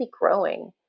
growing